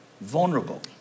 vulnerable